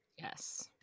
Yes